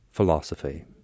Philosophy